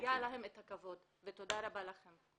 מגיע להם את הכבוד ותודה רבה לכם.